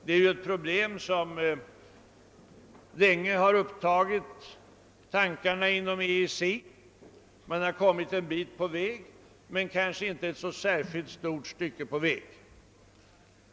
Detta är ett problem som länge har upptagit tankarna inom EEC. Man har där kommit en bit men kanske inte särskilt långt på väg.